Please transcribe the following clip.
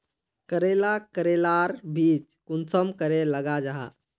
करेला करेलार बीज कुंसम करे लगा जाहा?